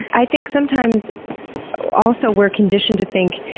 i think sometimes also we're conditioned to think,